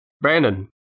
Brandon